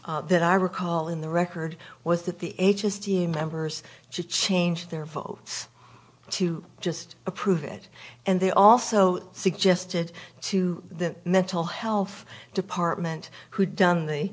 a that i recall in the record was that the his team members changed their votes to just approve it and they also suggested to the mental health department who done the